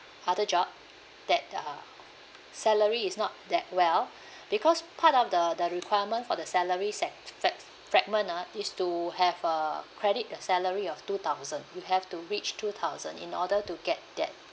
other job that uh salary is not that well because part of the the requirement for the salary sect~ frag~ fragment ah is to have a credit the salary of two thousand you have to reach two thousand in order to get that